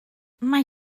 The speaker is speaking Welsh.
mae